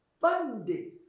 funding